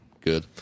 good